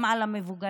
גם על המבוגרים,